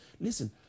Listen